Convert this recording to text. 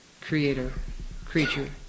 creator-creature